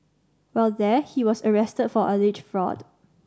while there he was arrested for alleged fraud